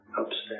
upstairs